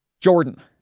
Jordan